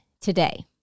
today